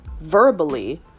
verbally